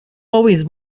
always